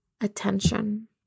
attention